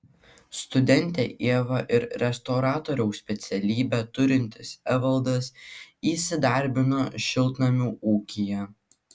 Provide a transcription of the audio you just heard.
studentė ieva ir restauratoriaus specialybę turintis evaldas įsidarbino šiltnamių ūkyje